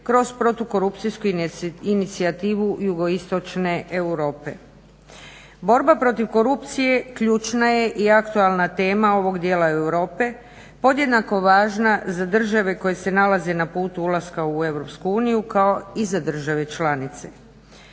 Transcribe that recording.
kroz protukorupcijsku inicijativu Jugoistočne Europe. Borba protiv korupcije ključna je aktualna tema ovog dijela Europe, podjednako važna za države koje se nalaze na putu ulaska u EU kao i za države članice.